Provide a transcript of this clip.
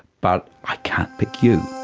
but i can't pick you.